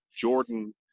Jordan